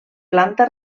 planta